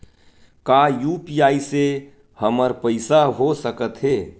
का यू.पी.आई से हमर पईसा हो सकत हे?